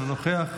אינו נוכח,